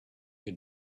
your